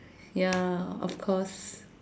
ya of course